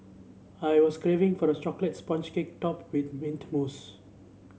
I was craving for a chocolate sponge cake topped with mint mousse